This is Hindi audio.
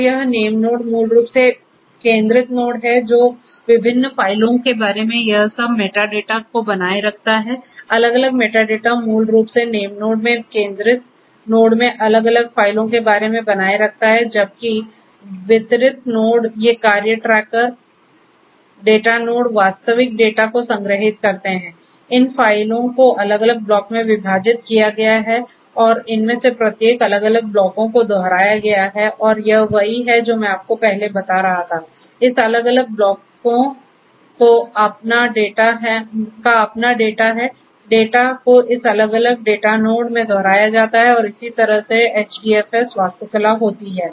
तो यह नेमनोड में दोहराया जाता है और इसी तरह से HDFS वास्तुकला होती है